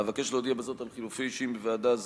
אבקש להודיע בזאת על חילופי אישים בוועדה זו: